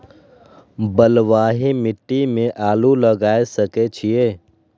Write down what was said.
बलवाही मिट्टी में आलू लागय सके छीये?